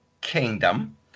Kingdom